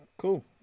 Cool